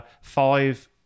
five